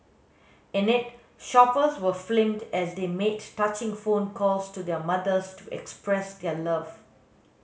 in it shoppers were filmed as they made touching phone calls to their mothers to express their love